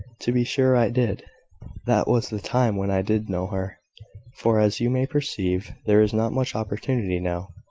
to be sure i did that was the time when i did know her for, as you may perceive, there is not much opportunity now.